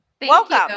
Welcome